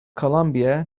colombia